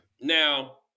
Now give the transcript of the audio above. Now